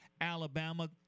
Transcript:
Alabama